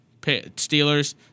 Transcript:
Steelers